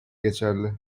geçerli